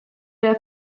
der